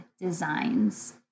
Designs